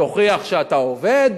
תוכיח שאתה עובד.